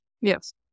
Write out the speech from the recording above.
Yes